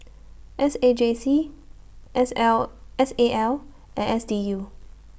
S A J C S L S A L and S D U